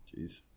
Jeez